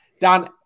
Dan